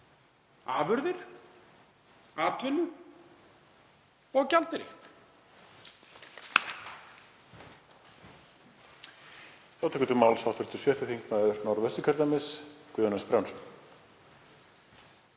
afurðir, atvinnu og gjaldeyri.